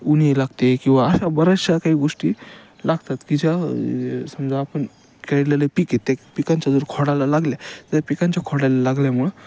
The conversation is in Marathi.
उन्हे लागते किंवा अशा बऱ्याचशा काही गोष्टी लागतात की ज्या समजा आपण केळलेले पिक आहे ते पिकांच्या जर खोडाला लागल्या त्या पिकांच्या खोडाला लागल्यामुळं